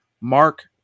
Mark